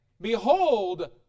Behold